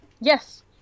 Yes